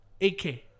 8k